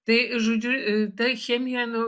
tai žodžiu tai chemija nu